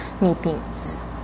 meetings